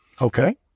Okay